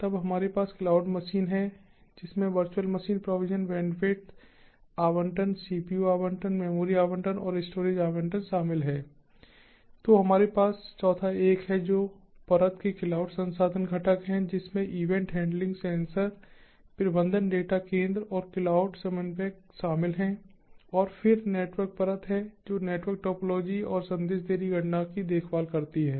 तब हमारे पास क्लाउड मशीन है जिसमें वर्चुअल मशीन प्रोविजन बैंडविड्थ आवंटन सीपीयू आवंटन मेमोरी आवंटन और स्टोरेज आवंटन शामिल हैं तो हमारे पास चौथा एक है जो परत के क्लाउड संसाधन घटक है जिसमें इवेंट हैंडलिंग सेंसर प्रबंधन डेटा केंद्र और क्लाउड समन्वयक शामिल हैं और फिर नेटवर्क परत है जो नेटवर्क टोपोलॉजी और संदेश देरी गणना की देखभाल करती है